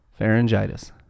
Pharyngitis